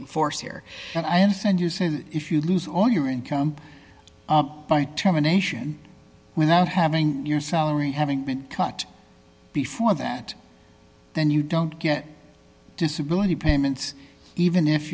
enforce here and i understand you say if you lose all your income by terminations without having your salary having been cut before that then you don't get disability payments even if